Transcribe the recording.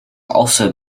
also